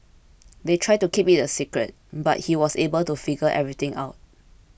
they tried to keep it a secret but he was able to figure everything out